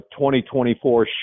2024